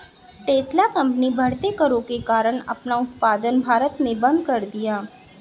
Tesla company बढ़ते करों के कारण अपना उत्पादन भारत में बंद कर दिया हैं